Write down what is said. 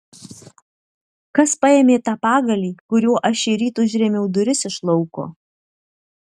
kas paėmė tą pagalį kuriuo aš šįryt užrėmiau duris iš lauko